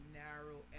narrow